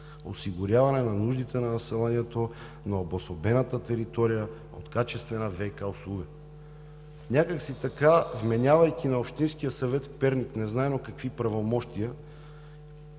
осигуряване на нуждите на населението на обособената територия от качествена ВиК услуга. Някак си така вменявайки на Общинския съвет в Перник незнайно какви правомощия,